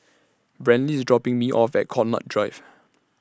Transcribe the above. Brantley IS dropping Me off At Connaught Drive